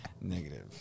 Negative